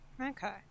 Okay